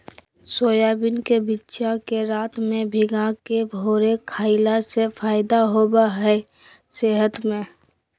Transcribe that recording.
soybean के बिच्चा के रात में भिगाके भोरे खईला से फायदा होबा हइ सेहत में